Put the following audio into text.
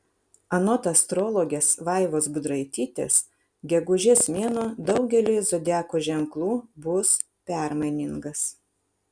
anot astrologės vaivos budraitytės gegužės mėnuo daugeliui zodiako ženklų bus permainingas